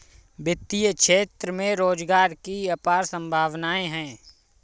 वित्तीय क्षेत्र में रोजगार की अपार संभावनाएं हैं